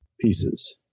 pieces